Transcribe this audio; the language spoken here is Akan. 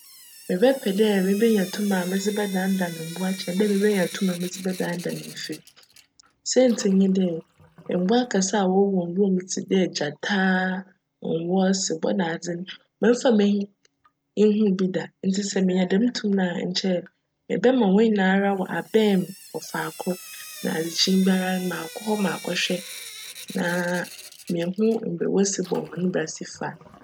Mebjpj dj mebenya tum a medze bjdandan mbowa kyjn dj mebenya tum a medze bjdandan efir. Siantsir nye dj, mbowa akjse a wcwo wc nwura mu tse dj gyata, nwc, sebc na adze no, memmfa m'enyi nnhu bi da ntsi sj minya djm tum no a, nkyj mebjma hcn nyinara abjn me wc faakor na adzekyee biara makc akchwj mbrj wosi bc hcn bra si fa.